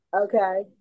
Okay